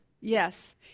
yes